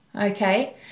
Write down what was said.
Okay